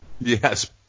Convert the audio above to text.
yes